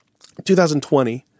2020